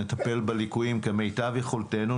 נטפל בליקויים כמיטב יכולתנו.